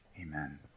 Amen